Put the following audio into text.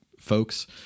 folks